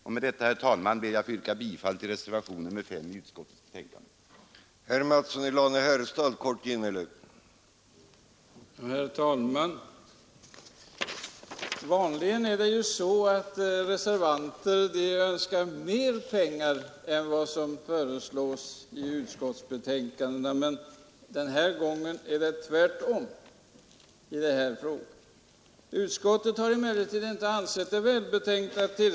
Med det anförda, herr talman, ber jag att få yrka bifall till reservationen 5 vid kulturutskottets betänkande nr 7.